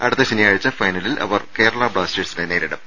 അടുത്ത ശനിയാഴ്ച ഫൈനലിൽ അവർ കേരള ബ്ലാസ്റ്റേഴ്സിനെ നേരിടും